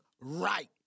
right